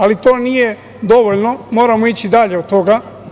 Ali, to nije dovoljno, moramo ići dalje od toga.